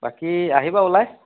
বাকী আহিবা ওলাই